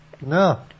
No